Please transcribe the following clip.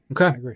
Okay